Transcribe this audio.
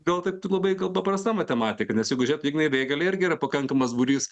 gal taip tai labai gal paprasta matematika nes jeigu žiūrėt ignai vėgelei irgi yra pakankamas būrys